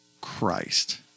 Christ